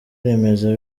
remezo